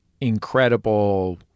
incredible